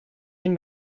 ein